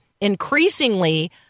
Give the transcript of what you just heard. increasingly